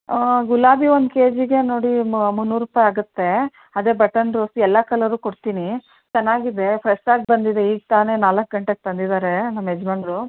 ಗುಲಾಬಿ ಒಂದು ಕೆ ಜಿಗೆ ನೋಡಿ ಮುನ್ನೂರು ರೂಪಾಯಿ ಆಗುತ್ತೆ ಅದೇ ಬಟನ್ ರೋಸು ಎಲ್ಲ ಕಲ್ಲರು ಕೊಡ್ತೀನಿ ಚೆನ್ನಾಗಿದೆ ಫ್ರೆಶ್ಶಾಗಿ ಬಂದಿದೆ ಈಗ ತಾನೇ ನಾಲ್ಕು ಗಂಟೆಗೆ ತಂದಿದ್ದಾರೆ ನಮ್ಮ ಯಜ್ಮಾನ್ರು